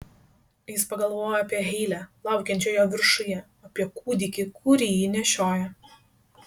jis pagalvojo apie heilę laukiančią jo viršuje apie kūdikį kurį ji nešioja